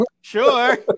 sure